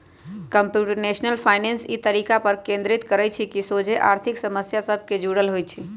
computational finance इ तरीका पर केन्द्रित करइ छइ जे सोझे आर्थिक समस्या सभ से जुड़ल होइ छइ